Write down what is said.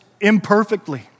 imperfectly